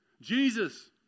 Jesus